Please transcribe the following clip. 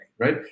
Right